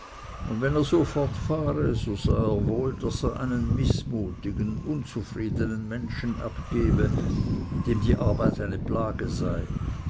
und wenn er so fortfahre so sah er wohl daß er einen mißmutigen unzufriedenen menschen abgebe dem die arbeit eine plage sei